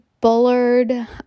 Bullard